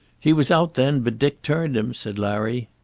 he was out then, but dick turned him, said larry.